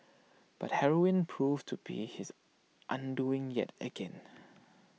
but heroin proved to be his undoing yet again